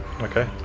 Okay